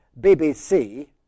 BBC